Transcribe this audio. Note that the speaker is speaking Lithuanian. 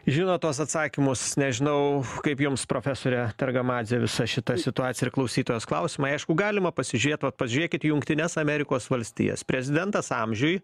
žino tuos atsakymus nežinau kaip jums profesore targamadze visa šita situacija ir klausytojos klausimai aišku galima pasižiūrėt vat pažiūrėkit į jungtines amerikos valstijas prezidentas amžiuj